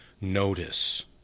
notice